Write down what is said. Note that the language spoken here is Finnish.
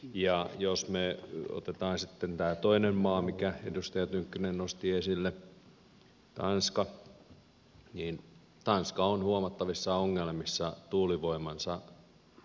ja jos me otamme sitten tämän toisen maan minkä edustaja tynkkynen nosti esille tanskan niin tanska on huomattavissa ongelmissa tuulivoimansa kanssa